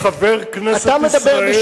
אתה חבר כנסת ישראל,